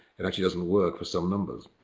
it actually doesn't work with some numbers.